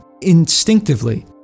instinctively